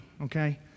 okay